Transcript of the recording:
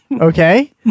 Okay